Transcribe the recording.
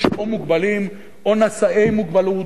יש או מוגבלים או נשאי מוגבלות,